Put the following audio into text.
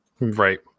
Right